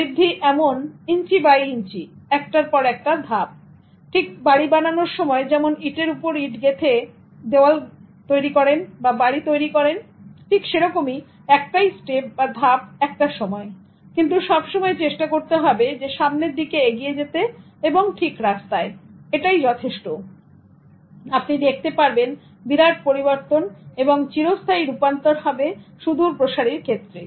বৃদ্ধি এমন inch by inch একটার পর একটা ধাপ বাড়ি বানানোর সময় ইটের উপরে ইট গেঁথে যেমন মিস্ত্রীরা দেওয়াল বাড়ি তৈরী করেন ঠিক সেরকম একটাই স্টেপ বা ধাপ একটা সময়ে কিন্তু সব সময় চেষ্টা করতে হবে সামনের দিকে এগিয়ে যেতে এবং ঠিক রাস্তায় এটাই যথেষ্ট আপনি দেখতে পারবেন বিরাট পরিবর্তন এবং চিরস্থায়ী রূপান্তর হবে সুদুরপ্রসারি ক্ষেত্রে